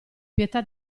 pietà